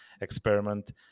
experiment